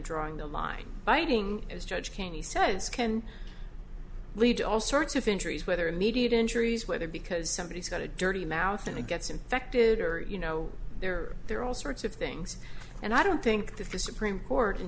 drawing the line biting as judge cheney says can lead to all sorts of injuries whether immediate injuries whether because somebody has got a dirty mouth and it gets infected or you know they're there all sorts of things and i don't think that the supreme court